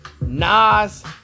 nas